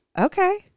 Okay